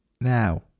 now